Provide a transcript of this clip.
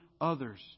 others